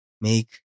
make